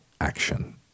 action